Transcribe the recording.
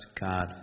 God